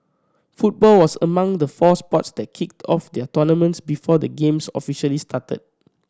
football was among the four sports that kicked off their tournaments before the Games officially started